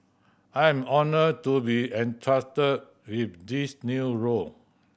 I am honoured to be entrusted with this new role